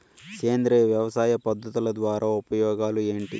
సేంద్రియ వ్యవసాయ పద్ధతుల ద్వారా ఉపయోగాలు ఏంటి?